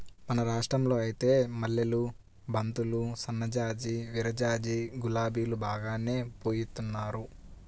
మన రాష్టంలో ఐతే మల్లెలు, బంతులు, సన్నజాజి, విరజాజి, గులాబీలు బాగానే పూయిత్తున్నారు